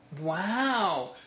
Wow